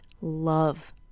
love